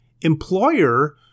employer